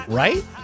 right